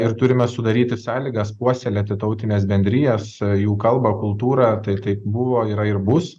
ir turime sudaryti sąlygas puoselėti tautines bendrijas jų kalbą kultūrą tai taip buvo yra ir bus